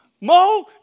Mo